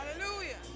Hallelujah